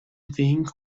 think